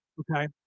okay